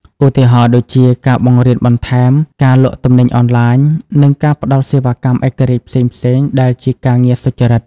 ឧទាហរណ៍ដូចជា ការបង្រៀនបន្ថែម ការលក់ទំនិញអនឡាញ និងការផ្តល់សេវាកម្មឯករាជ្យផ្សេងៗដែលជាការងារសុចរិត។